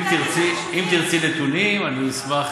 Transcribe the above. אם תרצי נתונים אני אשמח